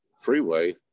freeway